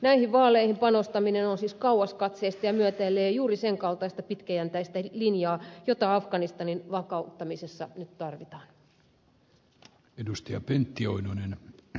näihin vaaleihin panostaminen on siis kauaskatseista ja myötäilee juuri sen kaltaista pitkäjänteistä linjaa jota afganistanin vakauttamisessa nyt tarvitaan